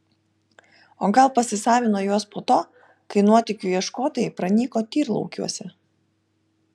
o gal pasisavino juos po to kai nuotykių ieškotojai pranyko tyrlaukiuose